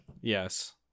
Yes